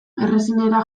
errazenera